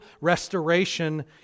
restoration